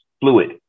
fluid